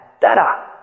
dada